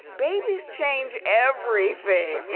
babies change everything.